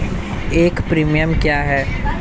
एक प्रीमियम क्या है?